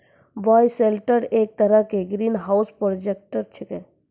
bioshelter एक तरह के ग्रीनहाउस प्रोजेक्ट छेकै